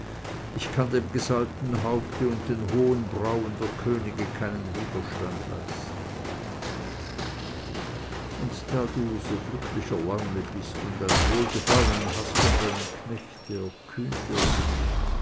ich kann dem gesalbten haupte und den hohen brauen der könige keinen widerstand leisten und da du so glücklicher laune bist und ein wohlgefallen hast an deinem knechte erkühnt er sich